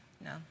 no